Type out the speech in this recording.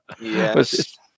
Yes